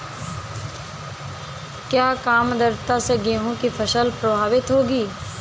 क्या कम आर्द्रता से गेहूँ की फसल प्रभावित होगी?